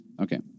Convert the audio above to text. Okay